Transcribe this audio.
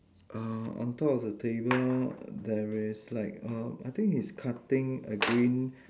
uh on top of the table there is like uh I think he's cutting a green